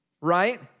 right